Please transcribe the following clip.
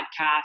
Podcast